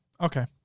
Okay